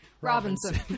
Robinson